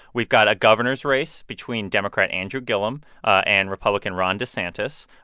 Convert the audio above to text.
we've got a governor's race between democrat andrew gillum and republican ron desantis,